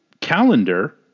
Calendar